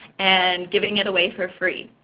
and giving it away for free.